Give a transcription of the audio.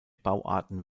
bauarten